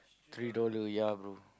three dollar ya bro